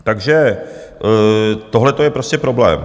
Takže tohleto je prostě problém.